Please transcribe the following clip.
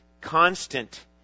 constant